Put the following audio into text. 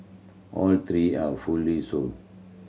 all three are fully sold